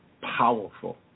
powerful